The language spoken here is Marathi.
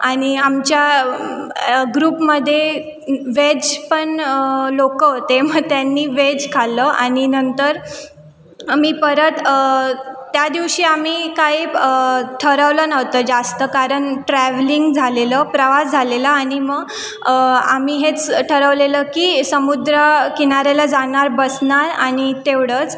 आणि आमच्या ग्रुपमध्ये वेज पण लोकं होते मग त्यांनी वेज खाल्लं आणि नंतर आम्ही परत त्यादिवशी आम्ही काही ठरवलं नव्हतं जास्त कारण ट्रॅव्हलिंग झालेलं प्रवास झालेला आणि मग आम्ही हेच ठरवलेलं की समुद्र किनाऱ्याला जाणार बसणार आणि तेवढंच